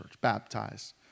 baptized